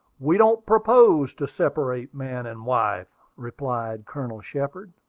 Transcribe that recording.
we don't propose to separate man and wife, replied colonel shepard,